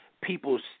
people's